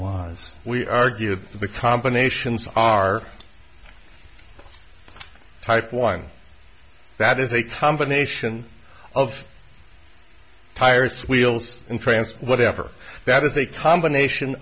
was we argue of the combinations are type one that is a combination of tires wheels in france whatever that is a combination